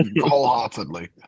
wholeheartedly